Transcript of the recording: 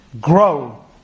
grow